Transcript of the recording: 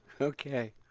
Okay